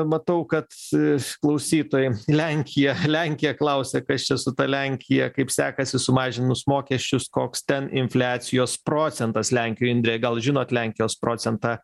matau kad klausytojai lenkija lenkija klausia kas čia su ta lenkija kaip sekasi sumažinus mokesčius koks ten infliacijos procentas lenkijoj indre gal žinot lenkijos procentą